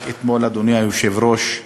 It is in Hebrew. רק אתמול, אדוני היושב-ראש,